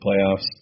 playoffs